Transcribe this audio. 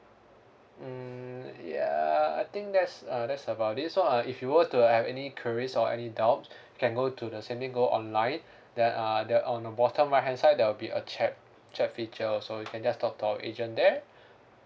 mm ya I think that's uh that's about it so uh if you were to have any queries or any doubt you can go to the same thing go online then uh there on the bottom right hand side there will be a chat chat feature also you can just talk to our agent there